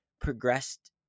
progressed